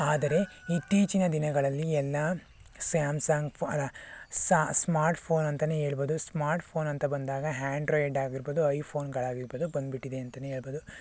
ಆದರೆ ಇತ್ತೀಚಿನ ದಿನಗಳಲ್ಲಿ ಎಲ್ಲ ಸ್ಯಾಮ್ಸಂಗ್ ಅಲ್ಲ ಸ್ಮಾರ್ಟ್ ಫೋನ್ ಅಂತಾನೇ ಹೇಳ್ಬೋದು ಸ್ಮಾರ್ಟ್ ಫೋನ್ ಅಂತ ಬಂದಾಗ ಆ್ಯಂಡ್ರಾಯ್ಡ್ ಆಗಿರ್ಬೋದು ಐಫೋನ್ಗಳಾಗಿರ್ಬೋದು ಬಂದ್ಬಿಟ್ಟಿದೆ ಅಂತಾನೆ ಹೇಳ್ಬೋದು